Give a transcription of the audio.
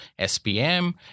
SPM